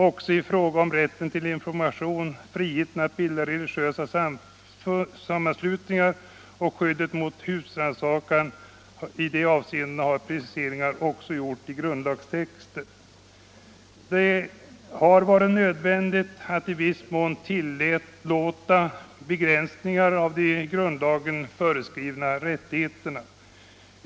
Även i fråga om rätten till information, friheten att bilda religiösa sammanslutningar och skyddet mot husrannsakan har preciseringar gjorts i grundlagstexten. Det har varit nödvändigt att i viss mån tillåta begränsningar av de i grundlagen föreskrivna rättigheterna.